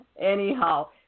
Anyhow